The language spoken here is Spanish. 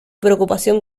preocupación